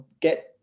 get